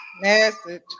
Message